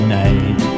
night